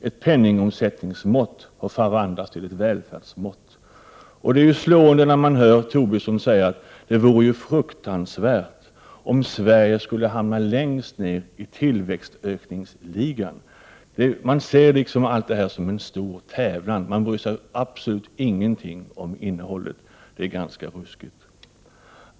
Ett penningomsättningsmått har förvandlats till ett välfärdsmått. Det är slående att höra Tobisson säga att det vore fruktansvärt om Sverige hamnade längst ner i tillväxtökningsligan. Han ser detta som en tävlan — bryr sig inte om innehållet. Det är ganska ruskigt!